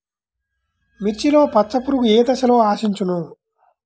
మిర్చిలో పచ్చ పురుగు ఏ దశలో ఆశించును?